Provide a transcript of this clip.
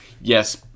Yes